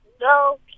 No